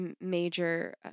major